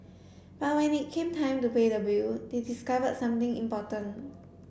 but when it came time to pay the bill they discovered something important